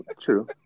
true